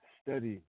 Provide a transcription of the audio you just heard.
study